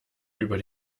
über